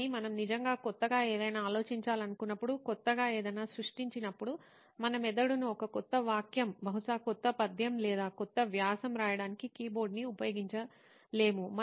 కానీ మనం నిజంగా కొత్తగా ఏదైనా ఆలోచించాలనుకున్నప్పుడు కొత్తగా ఏదైనా సృష్టించినప్పుడు మన మెదడును ఒక కొత్త వాక్యం బహుశా కొత్త పద్యం లేదా కొత్త వ్యాసం రాయడానికి కీబోర్డ్ని ఉపయోగించలేము